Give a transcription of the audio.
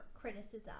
criticism